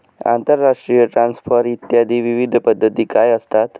आंतरराष्ट्रीय ट्रान्सफर इत्यादी विविध पद्धती काय असतात?